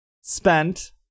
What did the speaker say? Spent